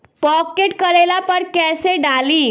Pocket करेला पर कैसे डाली?